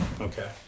Okay